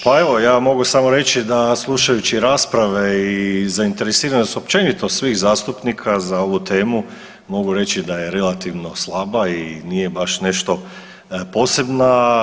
Pa evo, ja mogu samo reći da slušajući rasprave i zainteresiranost općenito svih zastupnika za ovu temu, mogu reći da je relativno slaba i nije baš nešto posebna.